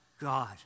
God